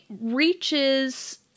reaches